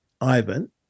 Ivan